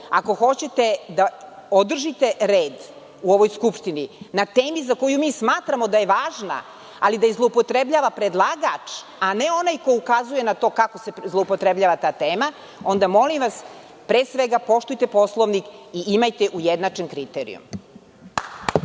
ako hoćete da održite red u ovoj Skupštini na temi za koju mi smatramo da je važna, ali da je zloupotrebljava predlagač, a ne onaj ko ukazuje na to kako se zloupotrebljava ta tema, onda molim vas pre svega poštujete Poslovnik i imajte ujednačen kriterijum.